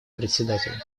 председателя